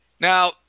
Now